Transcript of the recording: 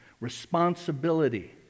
responsibility